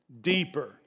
deeper